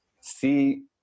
see